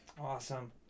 Awesome